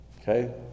Okay